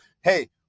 Hey